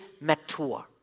mature